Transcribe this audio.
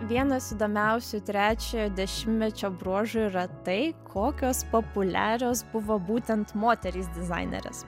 vienas įdomiausių trečiojo dešimtmečio bruožų yra tai kokios populiarios buvo būtent moterys dizainerės